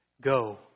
Go